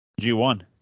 G1